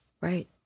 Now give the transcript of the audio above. Right